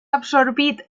absorbit